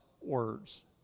words